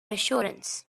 assurance